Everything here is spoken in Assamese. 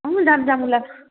অঁ যাম যাম ওলাম